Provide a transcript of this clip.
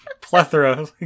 Plethora